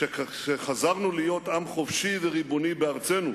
שכשחזרנו להיות עם חופשי וריבוני בארצנו,